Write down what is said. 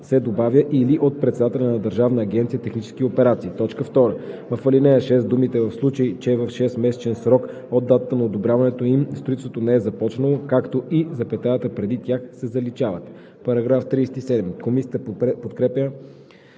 се добавя „или от председателя на Държавна агенция „Технически операции“. 2. В ал. 6 думите „в случай че в 6-месечен срок от датата на одобряването им строителството не е започнало, както и“ и запетаята преди тях се заличават. Комисията подкрепя